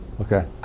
Okay